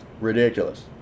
ridiculous